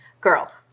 girl